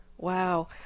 Wow